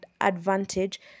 advantage